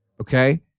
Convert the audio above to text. Okay